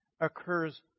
occurs